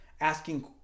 asking